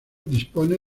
dispone